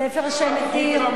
ספר שמתיר,